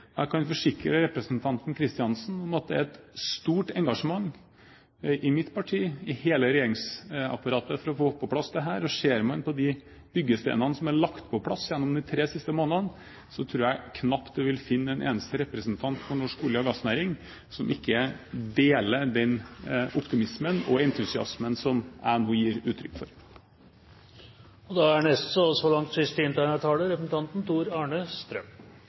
Jeg kan forsikre representanten Kristiansen om at det er et stort engasjement i mitt parti, i hele regjeringsapparatet, for å få dette på plass, og ser man på de byggesteinene som er lagt på plass gjennom de tre siste månedene, tror jeg knapt man vil finne en eneste representant for norsk olje- og gassnæring som ikke deler den optimismen og entusiasmen som jeg nå gir uttrykk for. Jeg skal ikke forlenge denne debatten så mye. Når det er snakk om Kristelig Folkeparti og